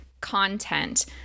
content